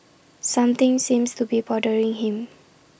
something seems to be bothering him